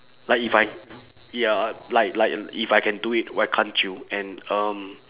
like if I ya like like if I can do it why can't you and um